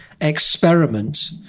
experiment